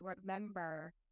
remember